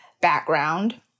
background